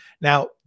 Now